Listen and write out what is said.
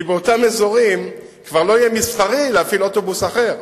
כי באותם אזורים כבר לא יהיה מסחרי להפעיל אוטובוס אחר,